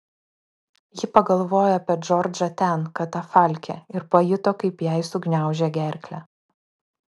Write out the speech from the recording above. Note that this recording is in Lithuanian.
ji pagalvojo apie džordžą ten katafalke ir pajuto kaip jai sugniaužė gerklę